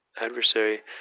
adversary